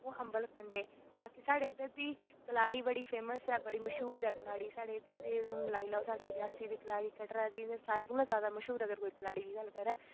ओह् अम्बल खंदे बाकी साढ़े इद्धर दी कलाड़ी बड़ी फेमस ऐ बड़ी मश्हूर ऐ साढ़े इद्धर दी रियासी दी लाओ कटरा दी लाओ ते सारें कोला जैदा मशहूर अगर कलाड़ी दी कोई गल्ल करै